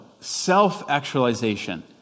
Self-actualization